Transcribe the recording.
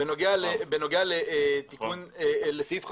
בנוגע לסעיף 5,